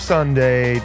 Sunday